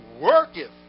worketh